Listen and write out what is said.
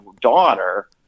daughter